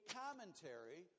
commentary